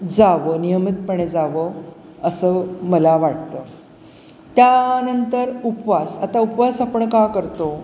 जावं नियमितपणे जावं असं मला वाटतं त्यानंतर उपवास आता उपवास आपण का करतो